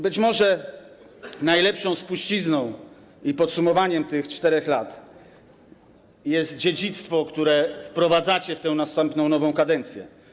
Być może najlepszą spuścizną i podsumowaniem tych 4 lat jest dziedzictwo, z którym wchodzicie w tę następną, nową kadencję.